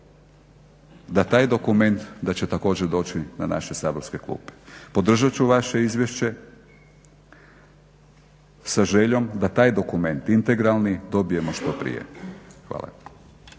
da taj dokument, da će također doći na naše saborske klupe. Podržat ću vaše izvješće sa željom da taj dokument integralni dobijemo što prije. Hvala.